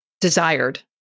desired